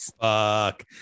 Fuck